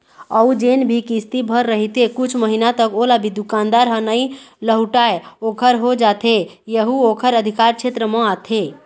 अउ जेन भी किस्ती भर रहिथे कुछ महिना तक ओला भी दुकानदार ह नइ लहुटाय ओखर हो जाथे यहू ओखर अधिकार छेत्र म आथे